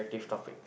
topic